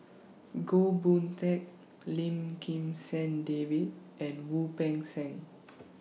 Goh Boon Teck Lim Kim San David and Wu Peng Seng